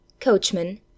coachman